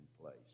place